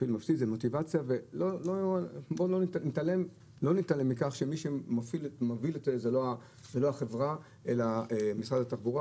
ובואו לא נתעלם מכך שמי שמוביל את זה זה לא החברה אלא משרד התחבורה.